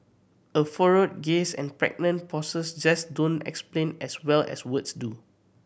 a furrowed gaze and pregnant pauses just don't explain as well as words do